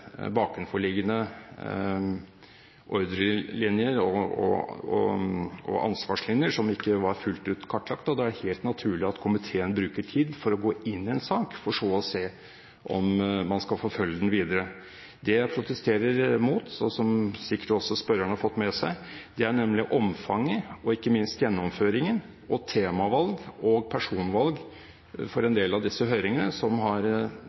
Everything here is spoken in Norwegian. bakenforliggende ordrelinjer og ansvarslinjer som ikke var fullt ut kartlagt. Da er det helt naturlig at komiteen bruker tid for å gå inn i en sak, for så å se om man skal forfølge den videre. Det jeg protesterer mot, og som sikkert også spørreren har fått med seg, er omfanget og ikke minst gjennomføringen, temavalg og personvalg for en del av disse høringene, som dessverre har